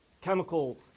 chemical